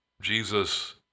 Jesus